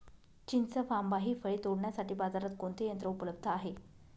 चिंच व आंबा हि फळे तोडण्यासाठी बाजारात कोणते यंत्र उपलब्ध आहे?